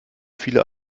viele